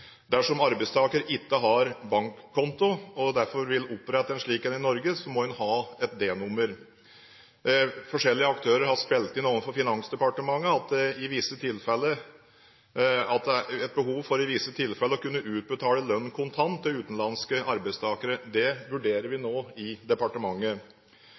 Dersom arbeidstakeren ikke har bankkonto og derfor vil opprette en slik i Norge, må en ha et D-nummer. Forskjellige aktører har spilt inn overfor Finansdepartementet at det er behov for i visse tilfeller å kunne utbetale lønn kontant til utenlandske arbeidstakere. Det vurderer vi nå i departementet.